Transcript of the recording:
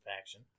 faction